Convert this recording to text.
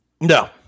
No